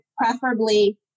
preferably